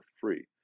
free